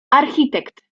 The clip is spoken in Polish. architekt